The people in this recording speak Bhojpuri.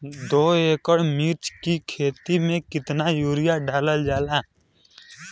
दो एकड़ मिर्च की खेती में कितना यूरिया डालल जाला?